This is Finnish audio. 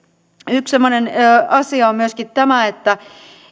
yksi semmoinen asia on myöskin tämä että